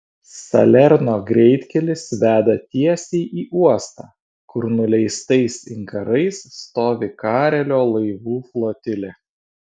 salerno greitkelis veda tiesiai į uostą kur nuleistais inkarais stovi karelio laivų flotilė